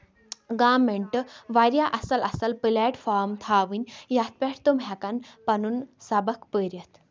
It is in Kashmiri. گورمینٹ واریاہ اَصٕل اَصٕل پٕلیٹ فارم تھاوٕنۍ یَتھ پٮ۪ٹھ تِم ہیٚکن پَنُن سَبق پٔرِتھ